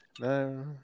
No